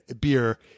beer